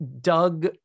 Doug